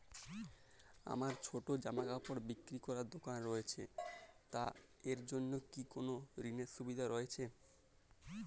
আমার ছোটো জামাকাপড় বিক্রি করার দোকান রয়েছে তা এর জন্য কি কোনো ঋণের সুবিধে রয়েছে?